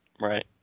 Right